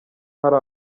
hari